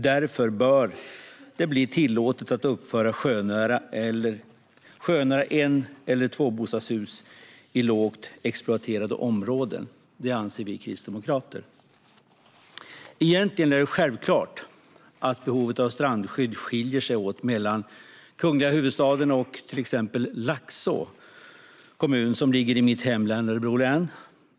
Därför bör det bli tillåtet att uppföra sjönära en eller tvåbostadshus i lågt exploaterade områden. Det anser vi kristdemokrater. Egentligen är det självklart att behovet av strandskydd skiljer sig åt mellan den kungliga huvudstaden och till exempel Laxå kommun, som ligger i mitt hemlän, Örebro län.